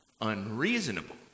unreasonable